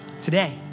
Today